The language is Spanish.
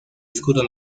escudo